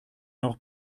noch